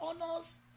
honors